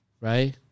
right